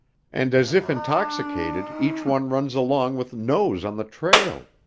and as if intoxicated each one runs along with nose on the trail.